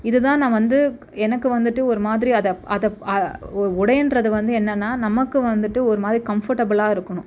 இதுதான் நான் வந்து எனக்கு வந்துட்டு ஒரு மாதிரி அதை அதை ஒரு உடைங்றது வந்து என்னென்னால் நமக்கு வந்துட்டு ஒரு மாதிரி கம்ஃபர்ட்டபிளாக இருக்கணும்